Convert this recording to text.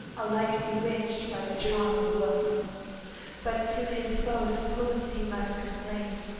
alike bewitched by the charm of looks but to his foe suppos'd he must complain,